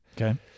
Okay